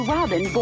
Robin